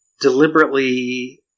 deliberately